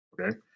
Okay